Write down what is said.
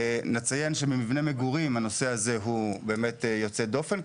נציין שבמבני מגורים הנושא הזה הוא יוצא דופן,